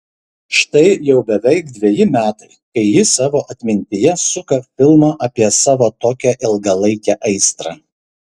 štai jau beveik dveji metai kai ji savo atmintyje suka filmą apie savo tokią ilgalaikę aistrą